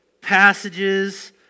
passages